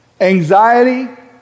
Anxiety